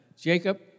Jacob